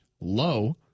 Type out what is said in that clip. low